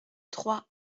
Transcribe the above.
trois